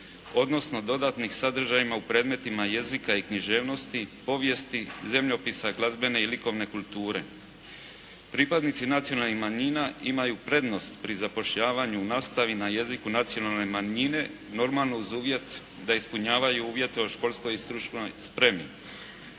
odnosno dodatnim sadržajima u predmetima jezika i književnosti, povijesti, zemljopisa, glazbene i likovne kulture. Pripadnici nacionalnih manjina imaju prednost pri zapošljavanju u nastavi na jeziku nacionalne manjine normalno uz uvjet da ispunjavaju uvjete o školskoj i stručnoj spremi.